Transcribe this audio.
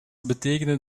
betekenen